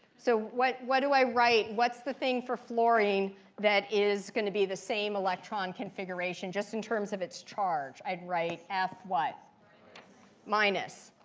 so what what do i write what's the thing for flourine that is going to be the same electron configuration just in terms of its charge? i'd write f what? audience minus.